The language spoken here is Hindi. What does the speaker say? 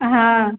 हाँ